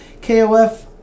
KOF